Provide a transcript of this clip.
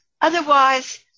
Otherwise